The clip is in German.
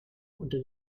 unter